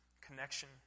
connection